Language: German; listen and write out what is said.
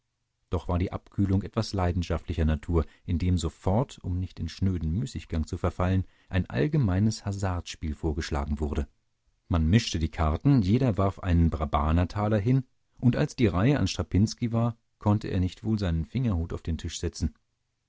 doch war die abkühlung etwas leidenschaftlicher natur indem sofort um nicht in schnöden müßiggang zu verfallen ein allgemeines hasardspiel vorgeschlagen wurde man mischte die karten jeder warf einen brabanter taler hin und als die reihe an strapinski war konnte er nicht wohl seinen fingerhut auf den tisch setzen